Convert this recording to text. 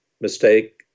mistake